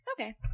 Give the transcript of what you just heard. Okay